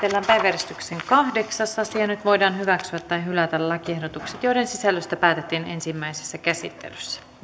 päiväjärjestyksen kahdeksas asia nyt voidaan hyväksyä tai hylätä lakiehdotukset joiden sisällöstä päätettiin ensimmäisessä käsittelyssä